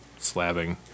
slabbing